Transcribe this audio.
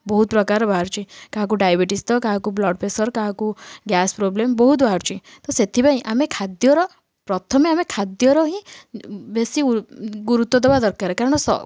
ବହୁତ ପ୍ରକାର ବାହାରୁଛି କାହାକୁ ଡାଇବେଟିସ ତ କାହାକୁ ବ୍ଲଡ଼ପ୍ରେସର କାହାକୁ ଗ୍ୟାସ ପ୍ରୋବ୍ଲେମ୍ ବହୁତ ବାହାରୁଛି ତ ସେଥିପାଇଁ ଆମେ ଖାଦ୍ୟର ପ୍ରଥମେ ଆମେ ଖାଦ୍ୟର ହିଁ ବେଶୀ ଗୁରୁତ୍ୱ ଦବା ଦରକାର କାରଣ